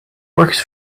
works